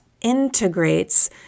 integrates